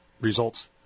results